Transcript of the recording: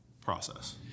process